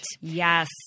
Yes